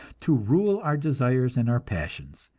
to rule our desires and our passions,